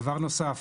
דבר נוסף,